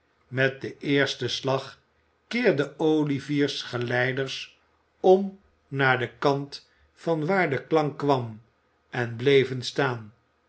met den eersten acht uur bill slag keerden zich oüvier's geleiders om naar den kant van waar de klank kwam en bleven staan